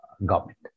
government